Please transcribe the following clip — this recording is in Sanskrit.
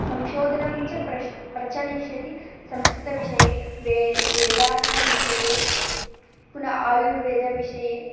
संशोधनं च प्रश् प्रचलिष्यति संस्कृतविषये वे वेदानां विषये पुनः आयुर्वेदविषये